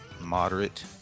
moderate